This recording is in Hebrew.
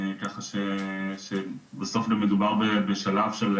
ככה שבסוף גם מדובר בשלב של